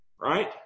right